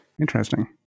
Interesting